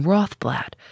Rothblatt